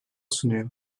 sunuyor